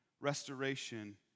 restoration